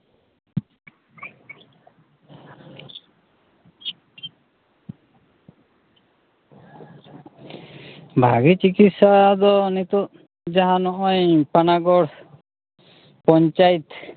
ᱵᱷᱟᱜᱮ ᱪᱤᱠᱚᱛᱥᱟ ᱫᱚ ᱡᱟᱦᱟᱸ ᱱᱚᱜᱼᱚᱭ ᱯᱟᱱᱟᱜᱚᱲ ᱯᱚᱧᱪᱟᱭᱮᱛ